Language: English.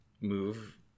move